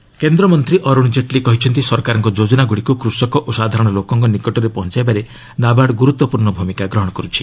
Jaitley NABARD କେନ୍ଦ୍ରମନ୍ତ୍ରୀ ଅରୁଣ ଜେଟଲୀ କହିଛନ୍ତି ସରକାରଙ୍କ ଯୋଜନାଗୁଡ଼ିକୁ କୃଷକ ଓ ସାଧାରଣ ଲୋକଙ୍କ ନିକଟରେ ପହଞ୍ଚାଇବାରେ ନାବାର୍ଡ ଗୁରୁତ୍ୱପୂର୍ଣ୍ଣ ଭୂମିକା ଗ୍ରହଣ କରୁଛି